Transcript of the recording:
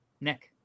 Nick